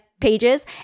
pages